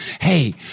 Hey